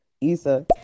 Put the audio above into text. isa